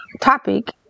topic